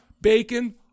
Bacon